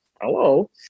hello